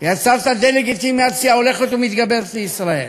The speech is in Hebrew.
ויצרת דה-לגיטימציה הולכת ומתגברת לישראל.